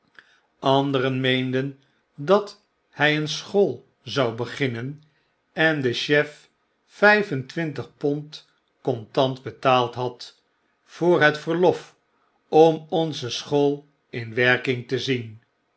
anderen meenden dat hjj een school zou beginnen en den chef vyf en twintig pondcontant betaald had voor het verlof om onze school in werking te zien